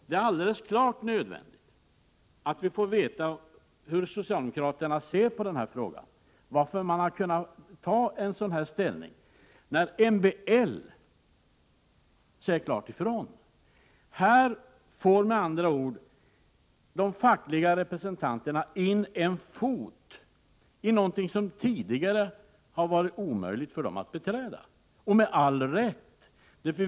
Det är alldeles klart nödvändigt att få veta hur socialdemokraterna ser på den frågan och varför de har kunnat inta en sådan ställning, när MBL säger klart ifrån. Här får med andra ord de fackliga representanterna in en fot i någonting som det tidigare har varit omöjligt för dem att beträda — och det med all rätt.